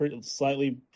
slightly